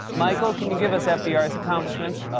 michael, can you give us fdr's accomplishments?